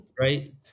right